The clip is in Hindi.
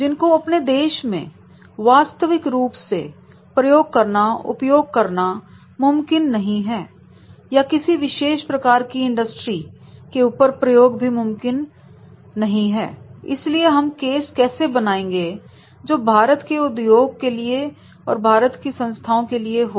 जिनको अपने देश में वास्तविक रूप से प्रयोग करना उपयोग करना मुमकिन नहीं है या किसी विशेष प्रकार की इंडस्ट्री के ऊपर प्रयोग भी नामुमकिन है इसलिए हम केस बनाएंगे जो भारत के उद्योग के लिए और भारत की संस्थाओं के लिए हो